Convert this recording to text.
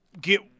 get